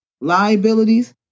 liabilities